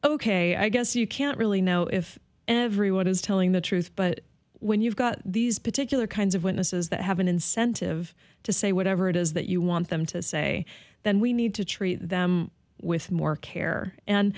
i guess you can't really know if everyone is telling the truth but when you've got these particular kinds of witnesses that have an incentive to say whatever it is that you want them to say then we need to treat them with more care and